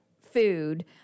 food